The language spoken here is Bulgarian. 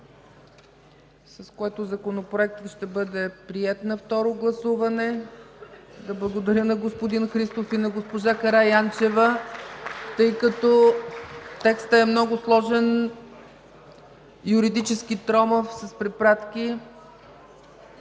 с което Законопроектът ще бъде приет на второ гласуване. Да благодаря на господин Христов и на госпожа Караянчева. (Ръкопляскания.) Текстът е много сложен, юридически тромав, с препратки.